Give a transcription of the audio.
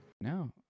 No